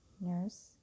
Nurse